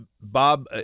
Bob